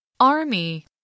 Army